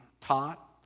taught